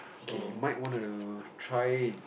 okay you might wanna try